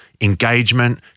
engagement